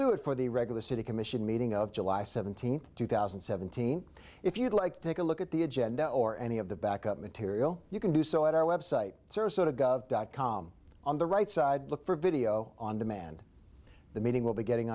do it for the regular city commission meeting of july seventeenth two thousand and seventeen if you'd like to take a look at the agenda or any of the backup material you can do so at our website sarasota gov dot com on the right side look for video on demand the meeting will be getting